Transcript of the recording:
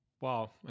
Wow